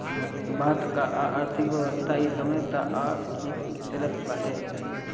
भारत कअ आर्थिक व्यवस्था इ समय तअ ठीक चलत बाटे